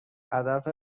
هدف